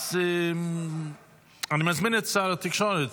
אז אני מזמין את שר התקשורת,